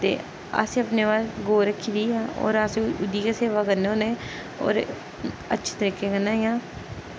ते असें अपने घर गौ रक्खी दी होर अस ओह्दी गै सेवा करने होन्ने होर अच्छे तरीके कन्नै इ'यां